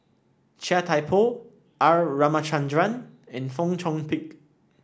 Chia Thye Poh R Ramachandran and Fong Chong Pik